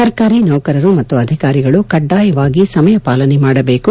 ಸರ್ಕಾರಿ ನೌಕರರು ಮತ್ತು ಅಧಿಕಾರಿಗಳು ಕಡ್ಡಾಯವಾಗಿ ಸಮಯ ಪಾಲನ ಮಾಡಬೇಕು